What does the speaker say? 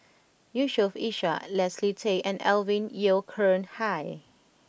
Yusof Ishak Leslie Tay and Alvin Yeo Khirn Hai